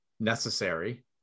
necessary